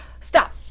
stop